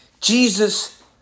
Jesus